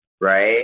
Right